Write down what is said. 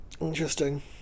interesting